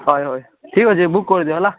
ହଏ ହଏ ଠିକ୍ ଅଛି ବୁକ୍ କରିଦିଅ ହେଲା